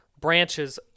branches